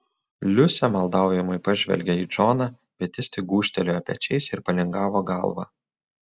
liusė maldaujamai pažvelgė į džoną bet jis tik gūžtelėjo pečiais ir palingavo galvą